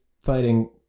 fighting